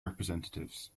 representatives